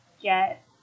get